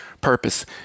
purpose